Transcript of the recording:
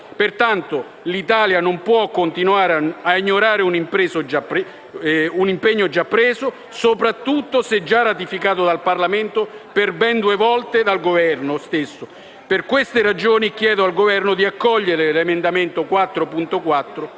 Pertanto l'Italia non può continuare a ignorare un impegno già assunto, soprattutto se già ratificato dal Parlamento, per ben due volte su iniziativa del Governo stesso. Per queste ragioni, chiedo al Governo di accogliere l'emendamento 4.4,